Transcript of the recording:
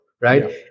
right